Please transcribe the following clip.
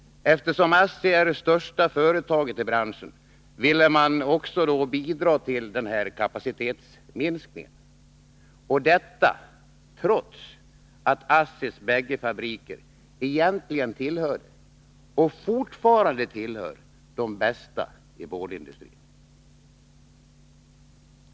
Eftersom ASSI är det största företaget i branschen ville man bidra till kapacitetsminskningen, detta trots|att ASSI:s bägge fabriker egentligen tillhörde — och fortfarande tillhör —/de bästa i boardindustrin.